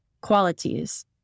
qualities